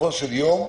בסופו של יום,